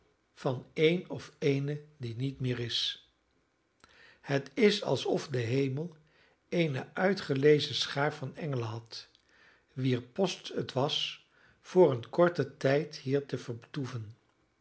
van een of eene die niet meer is het is alsof de hemel eene uitgelezen schaar van engelen had wier post het was voor een korten tijd hier te vertoeven